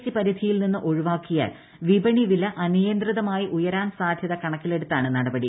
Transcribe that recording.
T പരിധിയിൽ നിന്ന് ഒഴിവാക്കിയാൽ വിപണി വില അനിയന്ത്രിതമായി ഉയരാൻ സാധൃത കണക്കിലെടുത്താണ് നടപടി